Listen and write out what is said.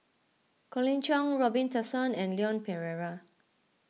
Colin Cheong Robin Tessensohn and Leon Perera